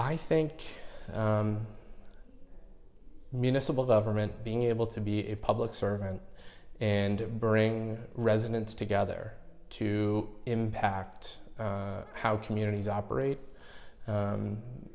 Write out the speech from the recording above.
i think municipal government being able to be a public servant and bring residents together to impact how communities operate